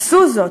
עשו זאת.